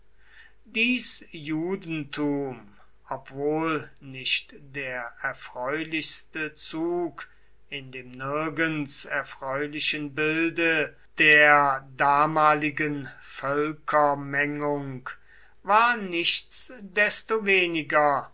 dies judentum obwohl nicht der erfreulichste zug in dem nirgends erfreulichen bilde der damaligen völkermengung war